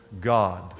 God